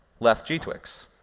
left g-twix.